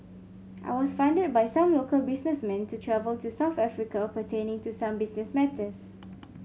I was funded by some local businessmen to travel to South Africa pertaining to some business matters